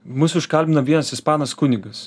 mus užkalbino vienas ispanas kunigas